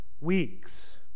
weeks